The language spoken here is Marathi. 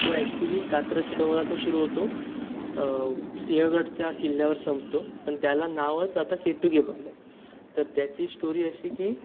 तो ॲक्चुअली कात्रजच्या डोंगरातनं सुरू होतो सिंहगडच्या किल्ल्यावर संपतो पण त्याला नावच आता के टू के पडलं आहे तर त्याची स्टोरी अशी की